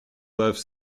left